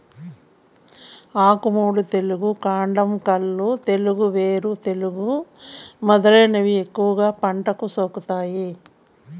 ఆకు మాడు తెగులు, కాండం కుళ్ళు తెగులు, వేరు తెగులు మొదలైనవి ఎక్కువగా పంటలకు సోకుతాయి